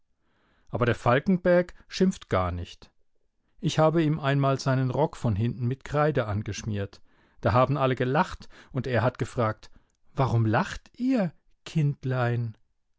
aber der falkenberg schimpft gar nicht ich habe ihm einmal seinen rock von hinten mit kreide angeschmiert da haben alle gelacht und er hat gefragt warum lacht ihr kindlein